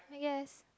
I guess